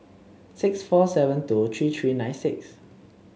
six four seven two three three nine six